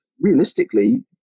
realistically